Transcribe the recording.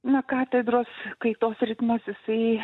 na katedros kaitos ritmas jisai